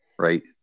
right